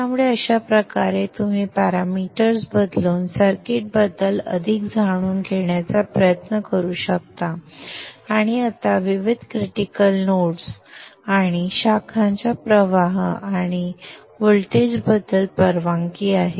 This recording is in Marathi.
त्यामुळे अशा प्रकारे तुम्ही पॅरामीटर्स बदलून सर्किटबद्दल अधिक जाणून घेण्याचा प्रयत्न करू शकता आणि आता विविध क्रिटिकल नोड्स आणि शाखांच्या प्रवाह आणि व्होल्टेजबद्दल परवानगी आहे